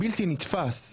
בלתי נתפס.